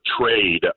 trade